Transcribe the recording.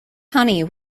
honey